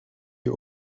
you